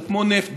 שהוא כמו נפט,